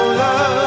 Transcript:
love